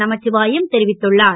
நமச்சிவாயம் தெரிவித்துள்ளார்